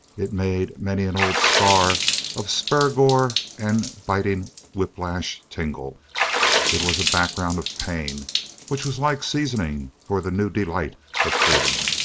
it made many an old scar of spur-gore and biting whiplash tingle it was a background of pain which was like seasoning for the new delight of freedom.